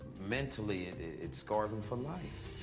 mentally, it it scars them for life.